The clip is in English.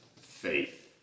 faith